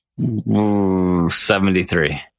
73